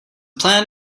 plan